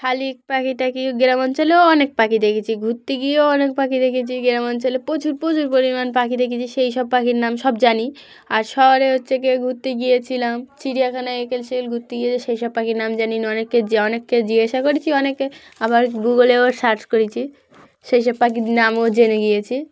খালি পাখি টাখি গ্রাম অঞ্চলেও অনেক পাখি দেখেছি ঘুরতে গিয়েও অনেক পাখি দেখেছি গ্রাম অঞ্চলে প্রচুর প্রচুর পরিমাণ পাখি দেখেছি সেই সব পাখির নাম সব জানি আর শহরে হচ্ছে গিয়ে ঘুরতে গিয়েছিলাম চিড়িয়াখানায় এখানে সেখানে ঘুরতে গিয়ে সেই সব পাখির নাম জানিনা অনেককে অনেককে জিজ্ঞাসা করেছি অনেকে আবার গুগলেও সার্চ করেছি সেই সব পাখির নামও জেনে গিয়েছি